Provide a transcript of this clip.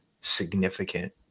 significant